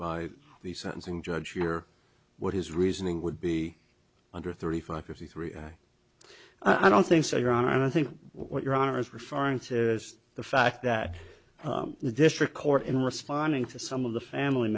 by the sentencing judge or what his reasoning would be under thirty five fifty three i don't think so your honor and i think what your honor is referring to is the fact that the district court in responding to some of the family